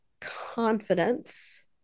confidence